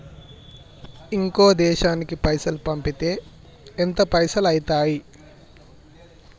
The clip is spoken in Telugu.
ఇంకో దేశానికి పైసల్ పంపితే ఎంత పైసలు అయితయి?